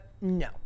no